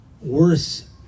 worse